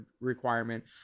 requirement